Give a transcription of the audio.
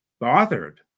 bothered